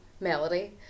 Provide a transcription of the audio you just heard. melody